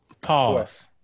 Pause